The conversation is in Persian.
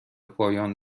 پایان